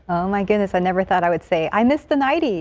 oh my goodness i never thought i would say i miss the ninety